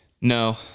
No